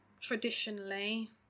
traditionally